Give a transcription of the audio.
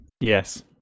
Yes